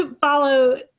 follow